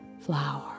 flower